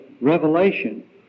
revelation